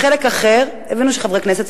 חלק אחר הבינו שחברי כנסת,